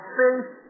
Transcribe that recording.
faith